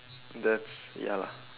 that's ya lah